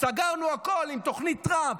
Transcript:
סגרנו הכול עם תוכנית טראמפ,